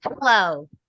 Hello